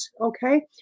Okay